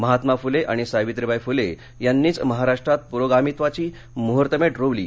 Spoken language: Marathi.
महात्मा फुले आणि सावित्रीबाई फुले यांनीच महाराष्ट्रात पुरोगामित्वाची मुहूर्तमेढ रोवली